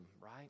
right